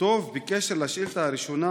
בקשר לשאילתה הראשונה,